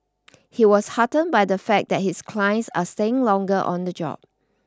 he was heartened by the fact that his clients are staying longer on the job